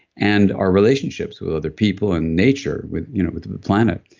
and our relationships with other people and nature, with you know with the planet?